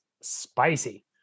spicy